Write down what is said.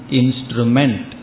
instrument